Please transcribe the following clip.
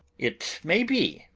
it may be.